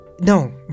no